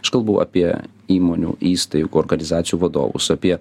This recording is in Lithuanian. aš kalbu apie įmonių įstaigų organizacijų vadovus apie